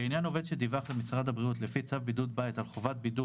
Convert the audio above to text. לעניין עובד שדיווח למשרד הבריאות לפי צו בידוד בית על חובת בידוד